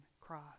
cross